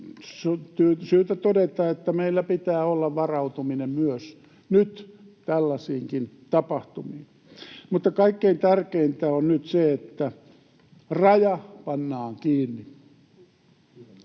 syytä todeta, että meillä pitää olla varautuminen myös nyt tällaisiinkin tapahtumiin. Kaikkein tärkeintä on nyt se, että raja pannaan kiinni.